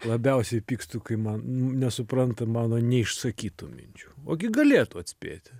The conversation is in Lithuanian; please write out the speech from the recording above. labiausiai pykstu kai man nesupranta mano neišsakytų minčių o gi galėtų atspėti